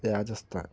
Rajasthan